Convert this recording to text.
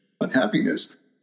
unhappiness